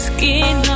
Skin